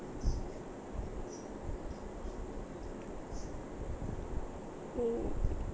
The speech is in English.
mm